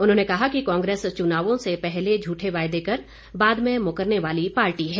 उन्होंने कहा कि कांग्रेस चुनावों से पहले झूठे वायदे कर बाद में मुकरने वाली पार्टी है